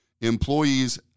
employees